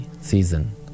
season